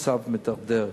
המצב מתדרדר.